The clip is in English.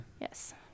Yes